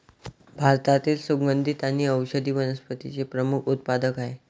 भारतातील सुगंधी आणि औषधी वनस्पतींचे प्रमुख उत्पादक आहेत